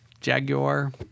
Jaguar